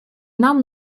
нам